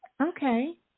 Okay